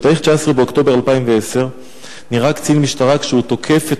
ב-19 באוקטובר 2010 נראה קצין משטרה כשהוא תוקף את